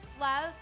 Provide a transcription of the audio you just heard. love